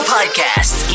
Podcast